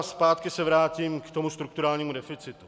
Zpátky se vrátím k tomu strukturálními deficitu.